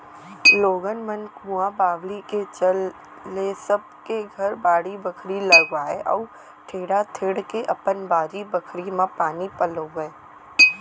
लोगन मन कुंआ बावली के चल ले सब के घर बाड़ी बखरी लगावय अउ टेड़ा टेंड़ के अपन बारी बखरी म पानी पलोवय